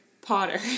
Potter